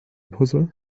puzzle